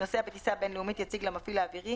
נוסע בטיסה בין-לאומית יציג למפעיל האווירי,